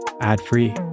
ad-free